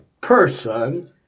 person